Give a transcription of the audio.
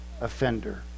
offender